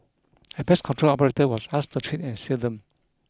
a pest control operator was asked to treat and seal them